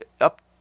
up